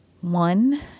One